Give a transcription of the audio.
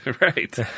Right